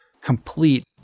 complete